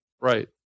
Right